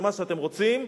למה שאתם רוצים,